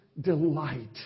delight